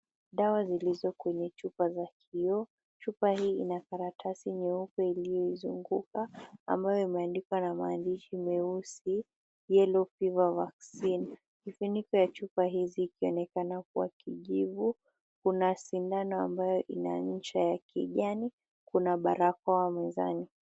Dawa zilizo kwenye chupa za kioo. Chupa hii ina karatasi nyeupe iliyoizunguka ambayo imeandikwa na maandishi meusi, Yellow Fever Vaccine. Kifiniko ya chupa hizi ikionekana kuwa kijivu. Kuna sindano ambayo ina ncha ya kijani, kuna barakoa mezani.